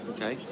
Okay